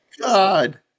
god